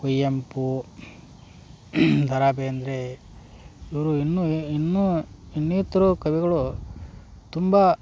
ಕುವೆಂಪು ದ ರಾ ಬೇಂದ್ರೆ ಇವರು ಇನ್ನುಯೆ ಇನ್ನು ಇನ್ನತಿರು ಕವಿಗಳು ತುಂಬ